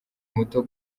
muto